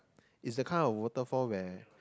is a kind of waterfall where